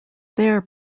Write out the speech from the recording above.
there